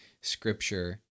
Scripture